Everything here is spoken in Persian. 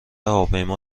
هواپیما